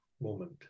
moment